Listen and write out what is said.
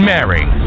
Mary